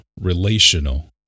relational